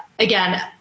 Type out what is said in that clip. Again